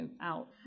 out